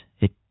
It